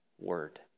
word